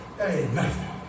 Amen